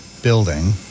building